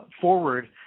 forward